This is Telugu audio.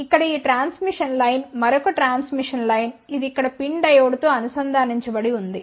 ఇక్కడ ఒక ట్రాన్స్మిషన్ లైన్ మరొక ట్రాన్స్మిషన్ లైన్ ఇది ఇక్కడ PIN డయోడ్ తో అనుసంధానించబడి ఉంది